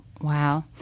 Wow